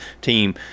team –